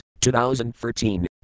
2013